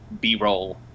B-roll